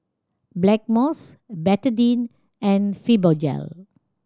Blackmores Betadine and Fibogel